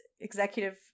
executive